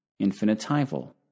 Infinitival